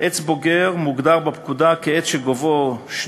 עץ בוגר מוגדר בפקודה כעץ שגובהו 2